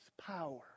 power